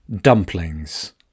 dumplings